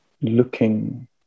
looking